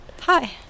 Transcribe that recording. Hi